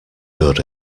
good